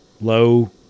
low